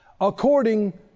according